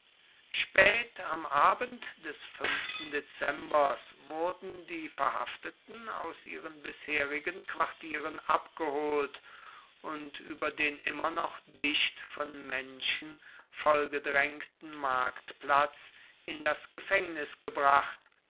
spät am abend des fünften dezembers wurden die verhafteten aus ihren bisherigen quartieren abgeholt und über den immer noch dicht von menschen vollgedrängten marktplatz in das gefängnis gebracht